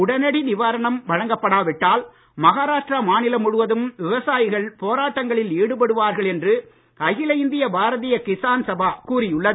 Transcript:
உடனடி நிவாரணம் வழங்கப்படா விட்டால் மஹாராஷ்டிரா மாநிலம் முழுவதும் விவசாயிகள் போராட்டங்களில் ஈடுபடுவார்கள் என்று அகில பாரதிய கிசான் சபா கூறியுள்ளது